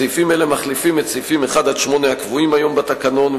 סעיפים אלה מחליפים את סעיפים 1 8 הקבועים היום בתקנון,